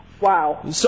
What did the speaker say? Wow